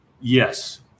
Yes